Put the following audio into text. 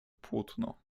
płótno